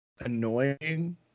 annoying